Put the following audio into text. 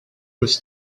was